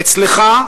אצלך,